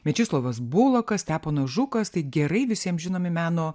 mečislovas bulakas steponas žukas tai gerai visiems žinomi meno